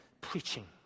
preaching